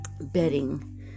Bedding